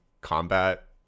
combat